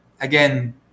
again